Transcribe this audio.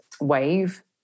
Wave